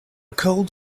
cold